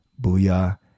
Booyah